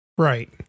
Right